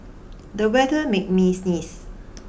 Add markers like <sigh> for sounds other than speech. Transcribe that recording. <noise> the weather made me sneeze